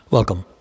Welcome